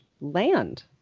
land